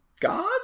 God